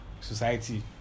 society